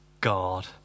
God